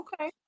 Okay